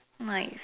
nice